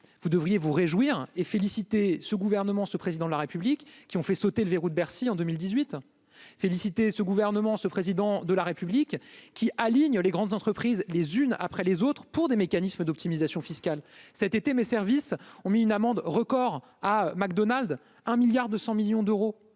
vous devriez vous réjouir et félicité ce gouvernement, ce président de la République, qui ont fait sauter le verrou de Bercy en 2018 félicité ce gouvernement, ce président de la République qui aligne les grandes entreprises les unes après les autres pour des mécanismes d'optimisation fiscale, cet été, mes services ont mis une amende record à Mac Donald, 1 milliard 200 millions d'euros,